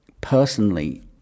personally